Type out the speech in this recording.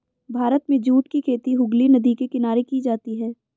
भारत में जूट की खेती हुगली नदी के किनारे की जाती है